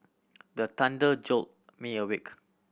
the thunder jolt me awake